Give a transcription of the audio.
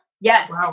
yes